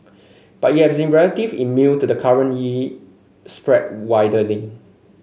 but it have relative immune to the current yield spread widening